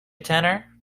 tenner